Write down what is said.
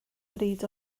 bryd